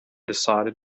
decided